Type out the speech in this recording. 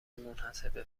منحصربه